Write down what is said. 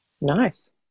Nice